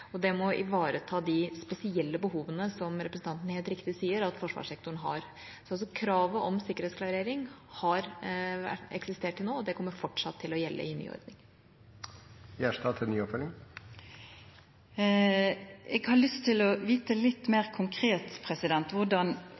og det må ivareta de spesielle behovene som representanten, helt riktig, sier at forsvarssektoren har. Kravet om sikkerhetsklarering har eksistert til nå, og det kommer fortsatt til å gjelde i ny ordning. Jeg har lyst til å vite litt mer konkret hvordan